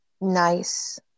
Nice